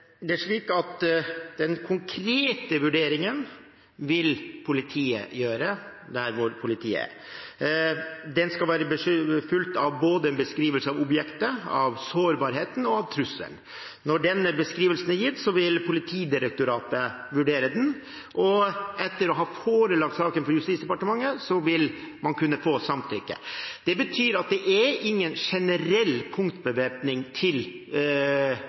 Den konkrete vurderingen vil politiet gjøre der politiet er. Den skal være fulgt av en beskrivelse både av objektet, av sårbarheten og av trusselen. Når den beskrivelsen er gitt, vil Politidirektoratet vurdere den, og etter at saken er forelagt Justisdepartementet, vil man kunne få samtykke. Det betyr at det er ingen generell punktbevæpning